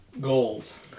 goals